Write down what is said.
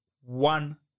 one